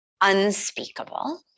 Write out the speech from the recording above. unspeakable